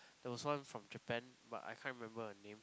there was one from Japan but I can't remember her name